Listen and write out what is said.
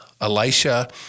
Elisha